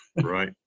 Right